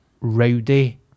rowdy